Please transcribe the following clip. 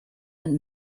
and